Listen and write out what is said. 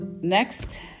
Next